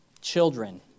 children